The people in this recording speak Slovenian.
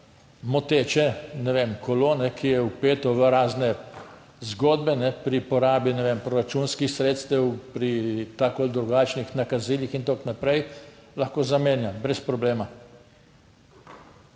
moteče, ne vem, kolo, ki je vpeto v razne zgodbe pri porabi, ne vem, proračunskih sredstev, pri takih ali drugačnih nakazilih in tako naprej, lahko zamenja brez problema?